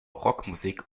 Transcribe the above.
rockmusik